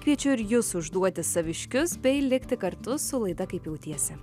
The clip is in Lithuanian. kviečiu ir jus užduoti saviškius bei likti kartu su laida kaip jautiesi